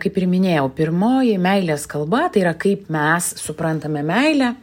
kaip ir minėjau pirmoji meilės kalba tai yra kaip mes suprantame meilę